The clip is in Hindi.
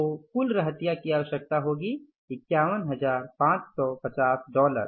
तो कुल रहतिया की आवश्यकता होगी 51550 डॉलर